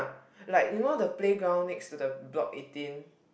like you know the playground next to the block eighteen